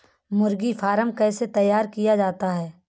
मुर्गी फार्म कैसे तैयार किया जाता है?